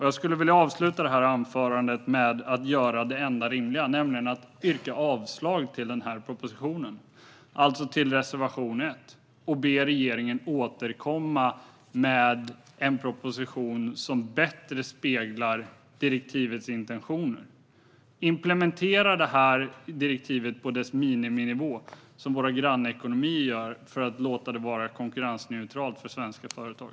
Jag skulle vilja avsluta detta anförande med att göra det enda rimliga, nämligen att yrka avslag på denna proposition och bifall till reservation 1, och be regeringen återkomma med en proposition som bättre speglar direktivets intentioner. Implementera detta direktiv på dess miniminivå, som våra grannekonomier gör, för att låta det vara konkurrensneutralt för svenska företag.